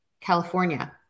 California